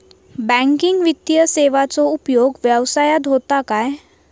Banking वित्तीय सेवाचो उपयोग व्यवसायात होता काय?